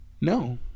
No